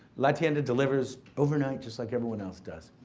latienda delivers overnight just like everyone else does.